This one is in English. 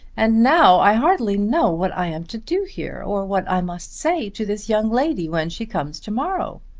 and now i hardly know what i am to do here, or what i must say to this young lady when she comes to-morrow.